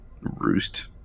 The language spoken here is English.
roost